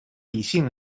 理性